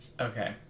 Okay